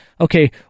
Okay